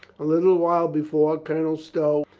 a little while before, colonel stow,